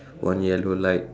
one yellow light